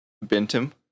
Bentham